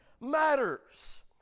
matters